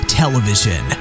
television